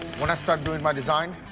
when i start doing my design,